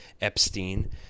Epstein